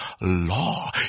law